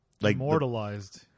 immortalized